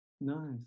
Nice